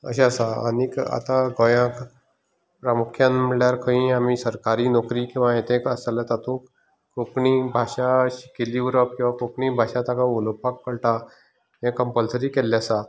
अशें आसा आनी आतां गोंयांत प्रामुख्यान म्हणल्यार खंयूय आमी सरकारी नोकरी किंवा येता आसतल्या तातूंत कोंकणी भाशा शिकिल्ली उरप किंवा कोंकणी भाशा ताका उलोवपाक कळटा हें कम्पलसरी केल्लें आसा